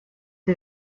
the